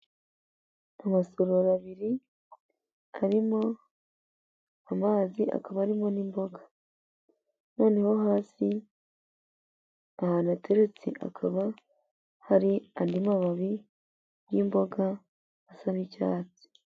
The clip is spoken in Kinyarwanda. Amasorori abiri harimo amazi akaba arimo n'imboga noneho hasi ahantu hateretse hakaba hari andi mababi y'imboga asa n'icyatsi.